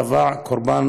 בעשרה ביוני טבעו שלושה בני